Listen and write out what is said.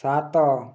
ସାତ